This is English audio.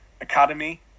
academy